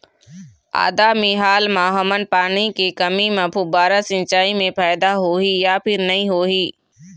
आदा मे हाल मा हमन पानी के कमी म फुब्बारा सिचाई मे फायदा होही या फिर नई होही?